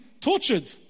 tortured